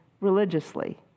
religiously